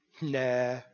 nah